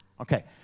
Okay